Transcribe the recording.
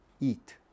Eat